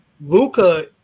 Luca